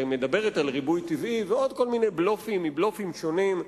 מדברת על ריבוי טבעי ועוד כל מיני בלופים מבלופים שונים,